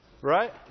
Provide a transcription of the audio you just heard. Right